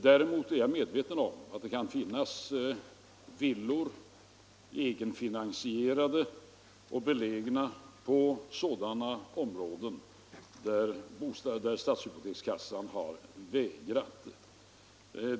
Däremot är jag medveten om att det kan finnas villor, egenfinansierade och belägna på sådana områden, där stadshypotekskassan har vägrat lån.